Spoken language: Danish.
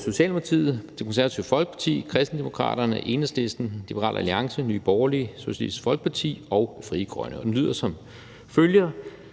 Socialdemokratiet, Det Konservative Folkeparti, Kristendemokraterne, Enhedslisten, Liberal Alliance, Nye Borgerlige, Socialistisk Folkeparti og Frie Grønne [samt Radikale